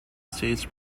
states